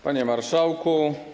Panie Marszałku!